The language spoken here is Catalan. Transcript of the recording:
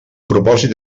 propòsit